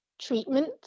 treatment